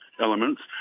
elements